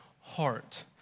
heart